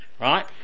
right